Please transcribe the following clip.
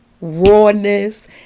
rawness